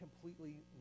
completely